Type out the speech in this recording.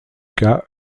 cas